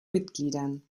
mitgliedern